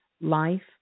life